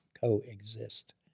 coexist